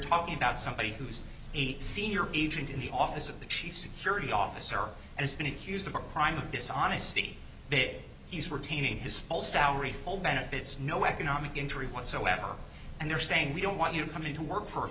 talking about somebody who's a senior agent in the office of the chief security officer and has been accused of a crime of dishonesty big he's retaining his full salary full benefits no economic interest whatsoever and they're saying we don't want you to come into work for a